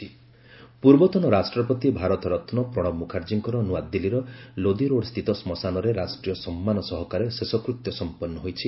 ପ୍ରଣବ ମୁଖାର୍ଜୀ ପୂର୍ବତନ ରାଷ୍ଟ୍ରପତି ଭାରତରତ୍ନ ପ୍ରଣବ ମୁଖାର୍ଜୀଙ୍କର ନୂଆଦିଲ୍ଲୀର ଲୋଦିରୋଡ଼ସ୍ଥିତ ଶ୍ଳଶାନରେ ରାଷ୍ଟ୍ରୀୟ ସମ୍ମାନ ସହକାରେ ଶେଷକୃତ୍ୟ ସମ୍ପନ୍ନ ହୋଇଛି